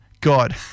God